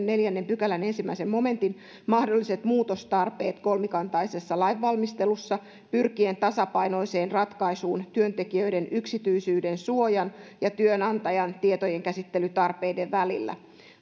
neljännen pykälän ensimmäisen momentin mahdolliset muutostarpeet kolmikantaisessa lainvalmistelussa pyrkien tasapainoiseen ratkaisuun työtekijöiden yksityisyydensuojan ja työnantajien tietojenkäsittelytarpeiden välillä